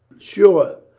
sure,